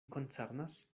koncernas